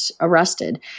arrested